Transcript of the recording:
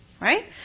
Right